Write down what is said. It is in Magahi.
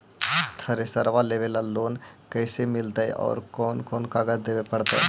थरेसर लेबे ल लोन कैसे मिलतइ और कोन कोन कागज देबे पड़तै?